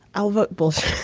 i'll vote bush